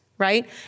Right